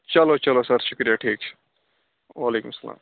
چلو چلو سَر شُکریہ ٹھیٖک چھُ وعلیکُم سلام